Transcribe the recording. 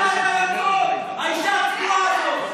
האישה הצבועה הזאת.